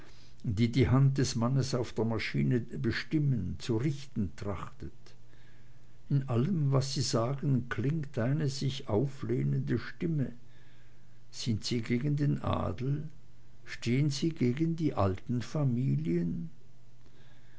die die hand des mannes an der maschine zu bestimmen zu richten trachtet in allem was sie sagen klingt eine sich auflehnende stimme sind sie gegen den adel stehen sie gegen die alten familien